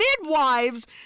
midwives